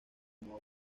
modo